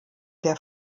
der